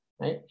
right